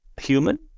human